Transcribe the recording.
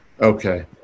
Okay